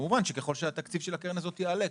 כמובן שככל שהתקציב של הקרן הזאת יעלה,